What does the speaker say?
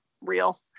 real